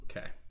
Okay